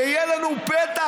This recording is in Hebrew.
שיהיה לנו פתח.